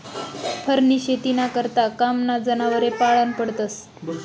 फरनी शेतीना करता कामना जनावरे पाळना पडतस